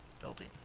building